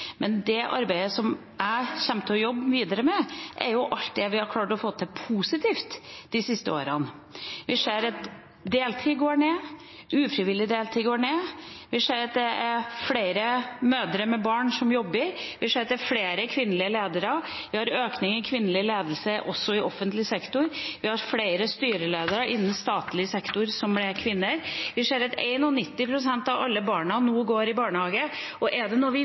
Det arbeidet som jeg kommer til å jobbe videre med, er alt det positive vi har klart å få til de siste årene. Vi ser at deltida går ned, ufrivillig deltid går ned. Vi ser at det er flere mødre med barn som jobber. Vi ser at det er flere kvinnelige ledere. Vi har en økning av kvinnelig ledelse også i offentlig sektor. Vi har flere styreledere innen statlig sektor som er kvinner. Vi ser at 91 pst. av alle barn nå går i barnehage. Er det noe vi